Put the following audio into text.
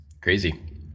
Crazy